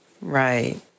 Right